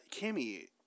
Kimmy